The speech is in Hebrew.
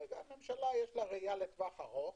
לממשלה יש ראייה לטווח ארוך,